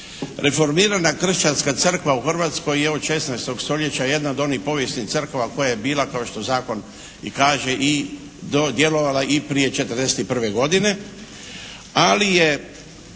Reformirana kršćanska crkva u Hrvatskoj je od 16. stoljeća jedna od onih povijesnih crkava koja je bila kao što zakon i kaže i djelovala i prije '41. godine, ali je